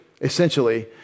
essentially